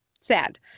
sad